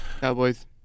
Cowboys